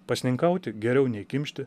pasninkauti geriau nei kimšti